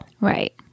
right